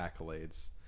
accolades